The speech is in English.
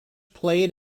played